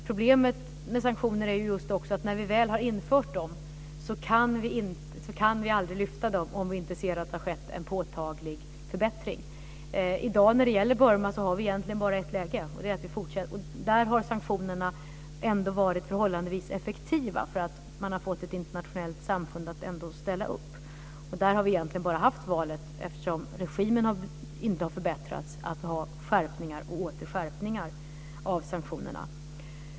Problemet med sanktioner är ju att när vi väl har infört dem så kan vi aldrig lyfta dem - om vi inte ser att det har skett en påtaglig förbättring. När det gäller Burma har vi egentligen bara ett läge i dag. Där har sanktionerna ändå varit förhållandevis effektiva. Man har ju fått ett internationellt samfund att ställa upp. Men eftersom regimen inte har förbättrats har vi bara kunnat göra valet att ha skärpningar och åter skärpningar av sanktionerna.